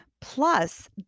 Plus